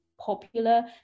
popular